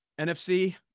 NFC